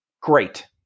Great